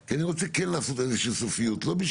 אבל,